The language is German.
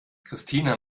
christina